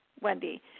Wendy